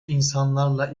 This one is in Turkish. insanlarla